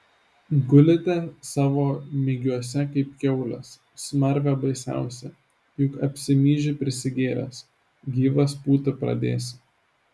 gulite savo migiuose kaip kiaulės smarvė baisiausia juk apsimyži prisigėręs gyvas pūti pradėsi